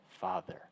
Father